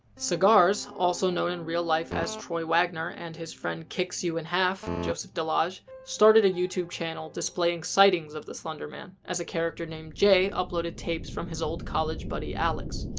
ce gars, also known in real life as troy wagner, and his friend kicksyouinhalf, joseph delage, started a youtube channel displaying citings of the slender man. as a character named jay uploaded tapes from his old college buddy, alex.